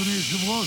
אדוני היושב-ראש?